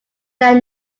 that